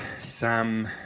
Sam